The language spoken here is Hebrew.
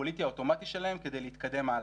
הפוליטי האוטומטי שלהם כדי להתקדם הלאה,